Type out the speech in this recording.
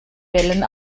wellen